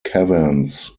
caverns